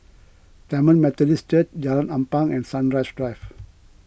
Tamil Methodist Church Jalan Ampang and Sunrise Drive